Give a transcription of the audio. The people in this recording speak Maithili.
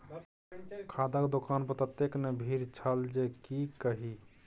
खादक दोकान पर ततेक ने भीड़ छल जे की कही